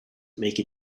make